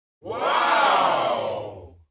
Wow